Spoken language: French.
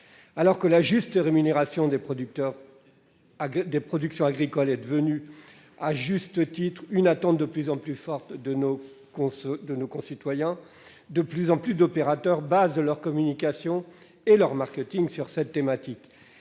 Alors que la juste rémunération des producteurs agricoles est devenue, à juste titre, une attente de plus en plus forte de nos concitoyens, de nombreux opérateurs fondent leur communication et leur marketing sur cette thématique.